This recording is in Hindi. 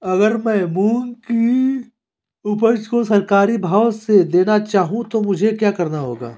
अगर मैं मूंग की उपज को सरकारी भाव से देना चाहूँ तो मुझे क्या करना होगा?